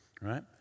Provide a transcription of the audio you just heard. right